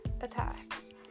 attacks